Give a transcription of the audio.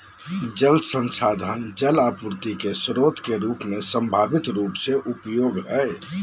जल संसाधन जल आपूर्ति के स्रोत के रूप में संभावित रूप से उपयोगी हइ